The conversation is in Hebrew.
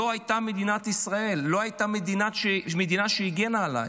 לא הייתה מדינת ישראל, לא הייתה מדינה שהגנה עליי.